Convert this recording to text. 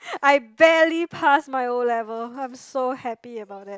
I barely passed my O-level I'm so happy about that